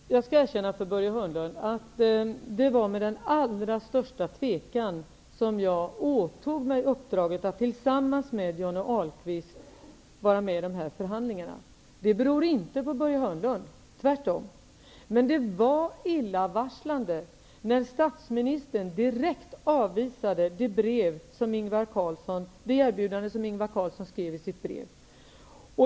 Herr talman! Jag skall erkänna för Börje Hörnlund att det var med allra största tvekan som jag åtog mig uppdraget att tillsammans med Johnny Ahlqvist vara med i de här förhandlingarna. Det berodde inte på Börje Hörnlund -- tvärtom. Men det var illavarslande när statsministern direkt avvisade det erbjudande som Ingvar Carlsson gav i sitt brev.